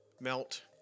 melt